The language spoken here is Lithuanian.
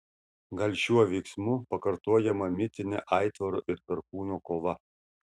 gal šiuo veiksmu pakartojama mitinė aitvaro ir perkūno kova